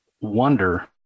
wonder